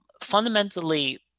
fundamentally